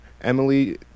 Emily